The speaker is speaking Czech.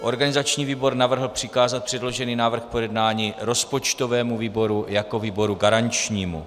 Organizační výbor navrhl přikázat předložený návrh k projednání rozpočtovému výboru jako výboru garančnímu.